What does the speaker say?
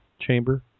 chamber